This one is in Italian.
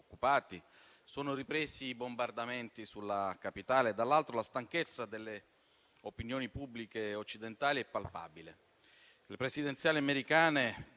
sono ripresi i bombardamenti sulla capitale; dall'altro, la stanchezza delle opinioni pubbliche occidentali è palpabile.